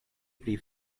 pri